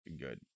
Good